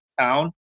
town